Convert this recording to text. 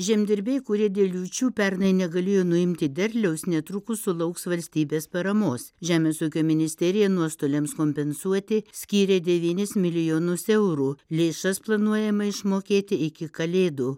žemdirbiai kurie dėl liūčių pernai negalėjo nuimti derliaus netrukus sulauks valstybės paramos žemės ūkio ministerija nuostoliams kompensuoti skyrė devynis milijonus eurų lėšas planuojama išmokėti iki kalėdų